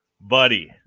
buddy